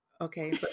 Okay